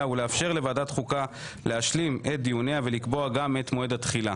ולאפשר לוועדת חוקה להשלים את דיוניה ולקבוע גם את מועד התחילה.